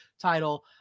title